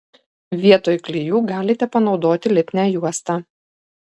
vietoj klijų galite panaudoti lipnią juostą